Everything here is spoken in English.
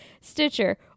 Stitcher